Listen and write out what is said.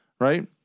right